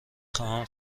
خواهم